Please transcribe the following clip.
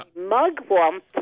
mugwump